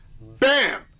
Bam